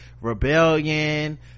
rebellion